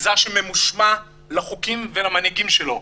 מגזר שממושמע לחוקים ולמנהיגים שלו.